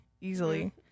easily